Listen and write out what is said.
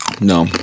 No